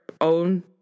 own